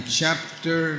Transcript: chapter